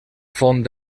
font